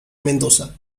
mendoza